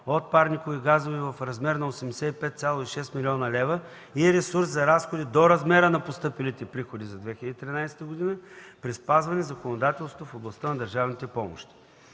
на парникови газове в размер на 85,6 млн. лв. и ресурс за разходи до размера на постъпилите приходи за 2013 г. при спазване на законодателството в областта на държавните помощи.